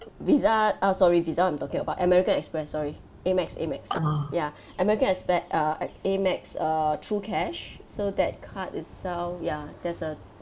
Visa oh sorry Visa what I'm talking about american express sorry Amex Amex ya american express uh amex err true cash so that card itself ya there's a